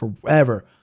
forever